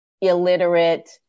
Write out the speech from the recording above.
illiterate